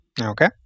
Okay